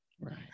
Right